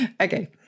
Okay